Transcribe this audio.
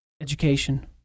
education